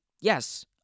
yes